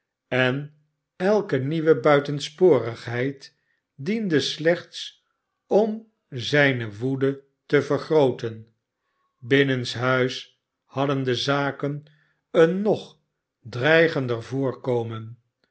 en elke nieuwe buitensporigheid diende slechts om zijne woede te vergrooten binnenshuis hadden de zaken een nog dreigender voorkomen